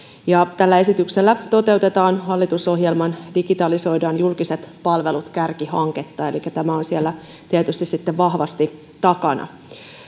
tällä esityksellä toteutetaan hallitusohjelman digitalisoidaan julkiset palvelut kärkihanketta elikkä tämä on siellä tietysti vahvasti takana